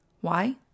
Why